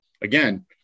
again